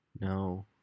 No